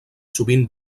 sovint